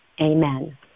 Amen